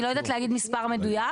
אני לא יודעת להגיד מספר מדויק.